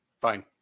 Fine